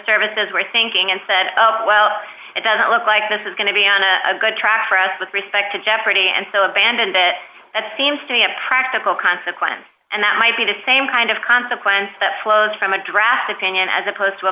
services were thinking and said well it doesn't look like this is going to be on a good track for us with respect to jeopardy and so abandoned that that seems to me a practical consequence and that might be the same kind of consequence that flows from a draft opinion as opposed to a